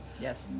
Yes